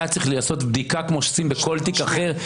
היה צריך לעשות בדיקה כמו שעושים בכל תיק אחר,